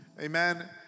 Amen